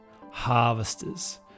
harvesters